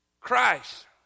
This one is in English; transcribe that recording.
Christ